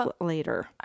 later